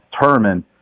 determine